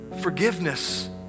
forgiveness